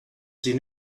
sie